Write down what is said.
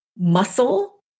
muscle